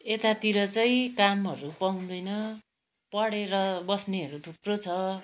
यतातिर चाहिँ कामहरू पाउँदैन पढेर बस्नेहरू थुप्रो छ